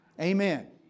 Amen